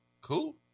Cool